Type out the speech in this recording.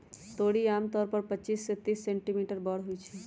तोरी आमतौर पर पच्चीस से तीस सेंटीमीटर बड़ होई छई